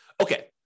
Okay